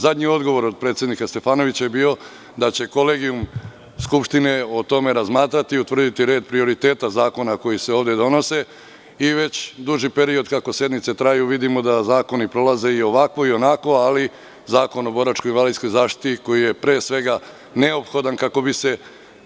Zadnji odgovor od predsednika Stefanovića je bio da će Kolegijum Skupštine o tome razmatrati i utvrditi red prioriteta zakona koji se ovde donose i već duži period, kako sednice traju, vidimo da zakoni prolaze i ovako i onako, ali Zakon o boračkoj i invalidskoj zaštiti, koji je pre svega neophodan